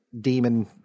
demon